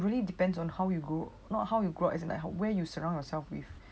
really depends on how you go not how you grow up as in where you surround yourself with